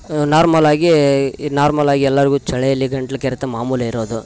normal ಆಗಿ ಈ normal ಆಗಿ ಎಲ್ಲಾರಿಗು ಚಳೀಲಿ ಗಂಟ್ಲು ಕೆರೆತ ಮಾಮೂಲಿ ಇರೋದು